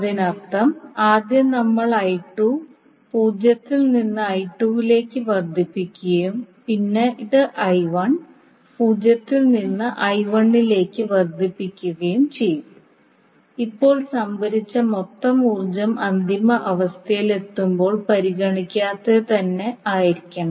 അതിനർത്ഥം ആദ്യം നമ്മൾ 0 ൽ നിന്ന് ലേക്ക് വർദ്ധിക്കുകയും പിന്നീട് 0 ൽ നിന്ന് ലേക്ക് വർദ്ധിക്കുകയും ചെയ്യും ഇപ്പോൾ സംഭരിച്ച മൊത്തം ഊർജ്ജം അന്തിമ അവസ്ഥയിൽ എത്തുമ്പോൾ പരിഗണിക്കാതെ തന്നെ ആയിരിക്കണം